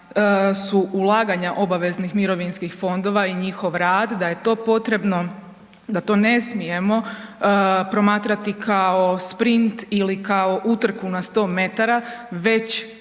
su ulaganja obaveznih mirovinskih fondova i njihov rad da je to potrebno, da to ne smijemo promatrati kao sprint ili kao utrku na 100 metara već